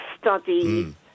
study